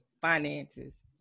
finances